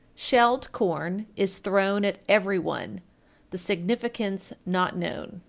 shelled corn is thrown at every one the significance not known.